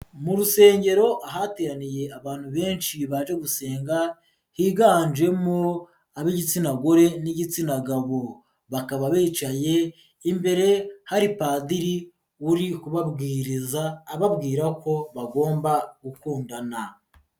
Mu rusengero hateraniye abantu benshi baje gusenga, higanjemo ab'igitsina gore n'igitsina gabo, bakaba bicaye imbere hari padiri uri kubabwiriza, ababwira ko bagomba gukundana.